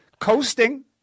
Coasting